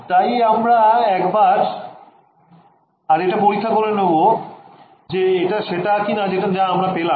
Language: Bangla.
তাই আমরা একবার আর এটা পরীক্ষা করে নেবো যে এটা সেটা কিনা যা আমরা পেলাম